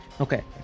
Okay